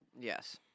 Yes